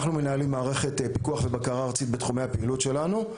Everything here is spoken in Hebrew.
אנחנו מנהלים מערכת פיקוח ובקרה ארצית בתחומי הפעילות שלנו.